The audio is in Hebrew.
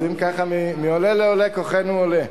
אז אם כך "מעולה לעולה כוחנו עולה".